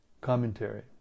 Commentary